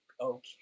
okay